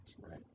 Right